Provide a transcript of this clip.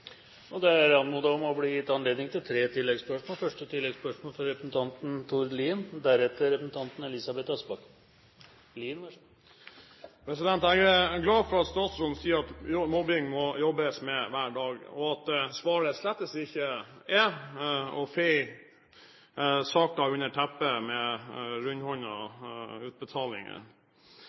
og det er derfra vi må ta den videre nå. Det er anmodet om at det blir anledning til tre oppfølgingsspørsmål – først Tord Lien. Jeg er glad for at statsråden sier at mobbing må jobbes med hver dag, og at svaret slett ikke er å feie saken under teppet med